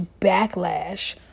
backlash